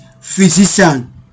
physician